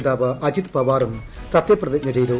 നേതാവ് അജിത് പവാറും സത്യപ്രതിജ്ഞ ചെയ്തു